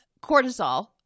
cortisol